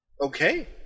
okay